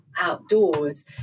outdoors